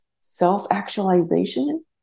self-actualization